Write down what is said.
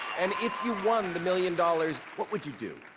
and if you won the million dollars, what would you do?